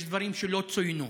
יש דברים שלא צוינו.